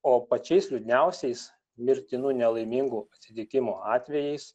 o pačiais liūdniausiais mirtinų nelaimingų atsitikimų atvejais